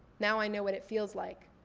now i know what it feels like.